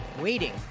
waiting